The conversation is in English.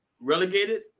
relegated